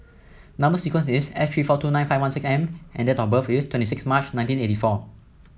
number sequence is S three four two nine five one six M and date of birth is twenty six March nineteen eighty four